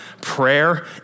prayer